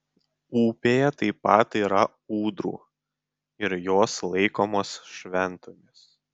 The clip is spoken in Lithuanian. upėje taip pat yra ūdrų ir jos laikomos šventomis